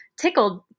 tickled